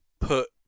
put